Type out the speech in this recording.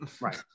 right